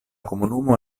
komunumo